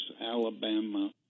Alabama